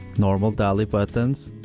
normal dali buttons,